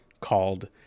called